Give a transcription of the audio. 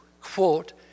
quote